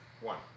one